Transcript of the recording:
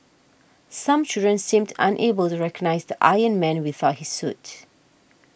some children seemed unable to recognise the Iron Man without his suit